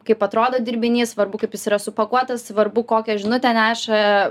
kaip atrodo dirbinys svarbu kaip jis yra supakuotas svarbu kokią žinutę neša